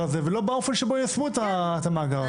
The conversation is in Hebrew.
הזה ולא באופן שבו ייַשמו את המאגר הזה.